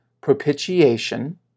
propitiation